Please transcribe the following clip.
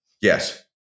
Yes